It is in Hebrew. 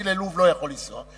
אני ללוב לא יכול לנסוע.